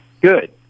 Good